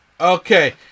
Okay